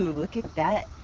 look at that.